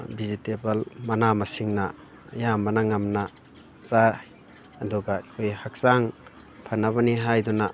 vegetable ꯃꯅꯥ ꯃꯁꯤꯡꯅ ꯑꯌꯥꯝꯕꯅ ꯉꯝꯅ ꯆꯥꯏ ꯑꯗꯨꯒ ꯑꯩꯈꯣꯏ ꯍꯛꯆꯥꯡ ꯐꯅꯕꯅꯤ ꯍꯥꯏꯗꯨꯅ